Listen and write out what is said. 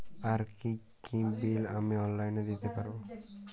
আর কি কি বিল আমি অনলাইনে দিতে পারবো?